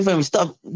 stop